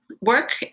work